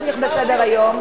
בסדר-היום.